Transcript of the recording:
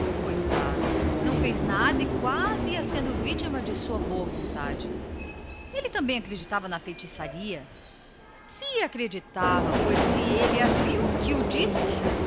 coitado nada conseguiu e quase que ia sendo vítima da sua boa vontade ele também acreditava na feitiçaria se acreditava pois se ele a viu que o disse